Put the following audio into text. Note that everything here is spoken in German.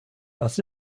das